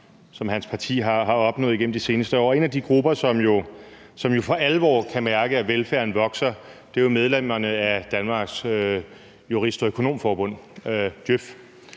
som hans parti har opnået igennem de seneste år. En af de grupper, som for alvor kan mærke, at velfærden vokser, er medlemmerne af Danmarks Jurist- og Økonomforbund –